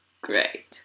Great